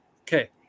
okay